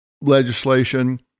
legislation